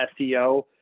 SEO